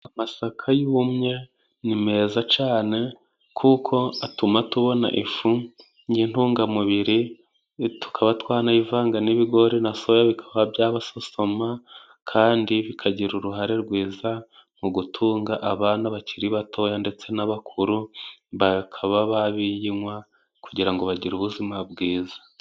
Amasaka yumye ni meza cyane kuko atuma tubona ifu y'intungamubiri tukaba twanayivanga n'ibigori na soya bikaba byaba somama, kandi bikagira uruhare rwiza mu gutunga abana bakiri batoya ndetse n'abakuru, bakaba babiyinywa kugira ngo bagire ubuzima bwiza.